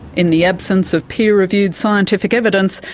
in the absence of peer reviewed scientific evidence,